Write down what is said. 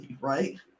Right